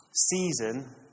Season